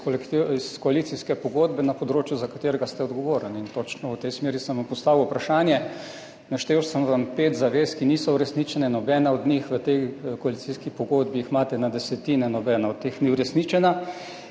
iz koalicijske pogodbe na področju, za katerega ste odgovorni, in točno v tej smeri sem vam postavil vprašanje. Naštel sem vam pet zavez, ki niso uresničene, nobena od njih, v tej koalicijski pogodbi jih imate na desetine, nobena od teh ni uresničena.